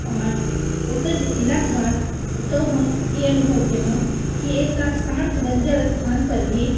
आओर ओतय जे गेलाके बाद ओतय हम ई अनुभव केलहुँ कि एकटा शान्त बञ्जर स्थानपर भी